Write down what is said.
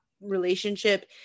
relationship